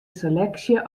seleksje